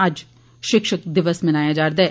अज्ज शिक्षक दिवस मनाया जा'रदा ऐ